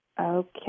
Okay